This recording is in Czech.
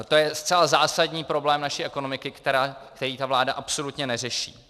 To je zcela zásadní problém naší ekonomiky, který vláda absolutně neřeší.